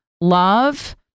love